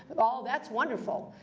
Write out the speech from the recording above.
all that's wonderful.